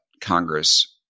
Congress